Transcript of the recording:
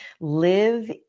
Live